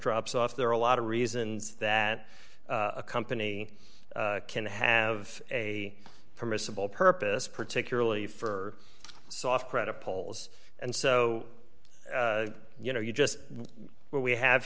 drops off there are a lot of reasons that a company can have a permissible purpose particularly for soft credit polls and so you know you just what we have